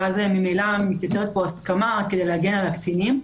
ואז ממילא מתייתרת פה ההסכמה כדי להגן על הקטינים.